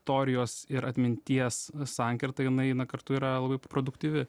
torijos ir atminties sankirta jinai eina kartu yra labai produktyvi